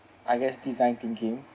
I guess design thinking